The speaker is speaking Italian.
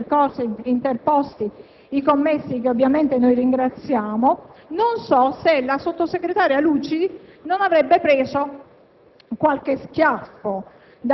se non fossero intervenuti i commessi ‑ che ovviamente ringraziamo ‑ non so se la sottosegretaria Lucidi non avrebbe preso